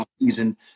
season